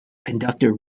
conductor